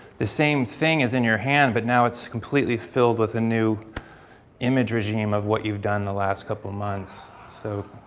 the same thing as in your hand but now, it's completely filled with a new image regime of what you've done the last couple months. so,